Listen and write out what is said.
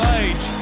age